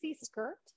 skirt